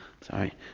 sorry